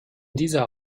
dieser